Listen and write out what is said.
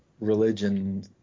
religion